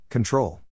Control